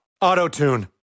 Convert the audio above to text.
Auto-tune